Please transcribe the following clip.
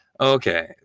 okay